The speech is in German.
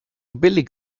billig